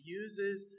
uses